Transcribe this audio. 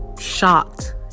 shocked